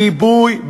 גיבוי,